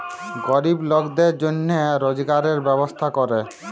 গরিব লকদের জনহে রজগারের ব্যবস্থা ক্যরে